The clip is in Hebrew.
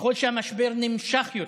ככל שהמשבר נמשך יותר,